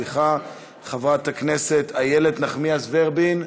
חברת הכנסת איילת נחמיאס ורבין,